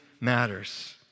matters